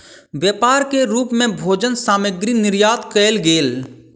व्यापार के रूप मे भोजन सामग्री निर्यात कयल गेल